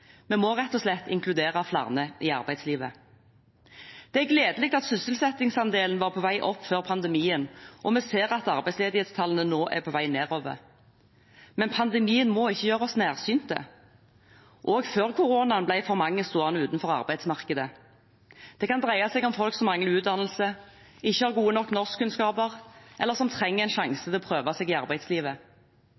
Vi må rett og slett inkludere flere i arbeidslivet. Det er gledelig at sysselsettingsandelen var på vei opp før pandemien, og vi ser at arbeidsledighetstallene nå er på vei nedover. Men pandemien må ikke gjøre oss nærsynt. Også før korona ble for mange stående utenfor arbeidsmarkedet. Det kan dreie seg om folk som mangler utdannelse, ikke har gode nok norskkunnskaper, eller som trenger en